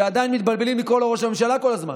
שעדיין מתבלבלים וקוראים לו ראש הממשלה כל הזמן.